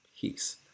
peace